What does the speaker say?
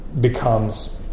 becomes